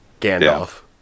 Gandalf